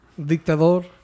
Dictador